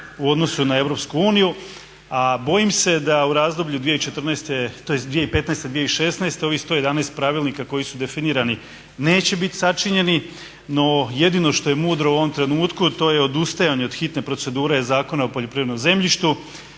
u odnosu na EU. A bojim se da u razdoblju 2014. tj. 2015., 2016. ovih 111 pravilnika koji su definirani neće biti sačinjeni. No jedino što je mudro u ovom trenutku to je odustajanje od hitne procedure Zakona o poljoprivrednom zemljištu